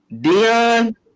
Dion